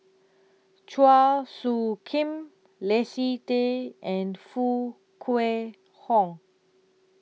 Chua Soo Khim Leslie Tay and Foo Kwee Horng